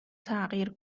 تغییر